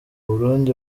burundi